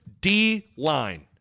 D-line